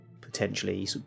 potentially